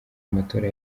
amatora